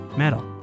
metal